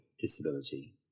disability